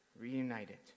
reunited